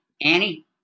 Annie